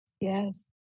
Yes